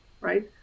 right